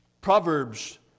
Proverbs